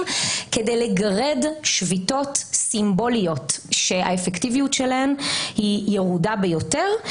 כדי לגרד שביתות סמבוליות שהאפקטיביות שלהן היא ירודה ביותר.